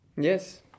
Yes